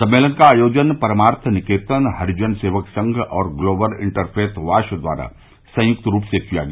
सम्मेलन का आयोजन परमार्थ निकेतन हरिजन सेवक संघ और ग्लोबल इंटरफेथ वाश द्वारा संयुक्त रूप से किया गया